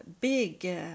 big